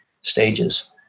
stages